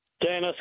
Dennis